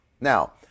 Now